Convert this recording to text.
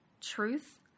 truth